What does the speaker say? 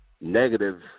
Negative